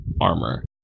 armor